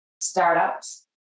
startups